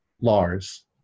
Lars